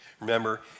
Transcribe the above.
Remember